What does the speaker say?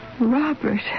Robert